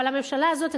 אבל הממשלה הזאת,